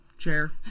chair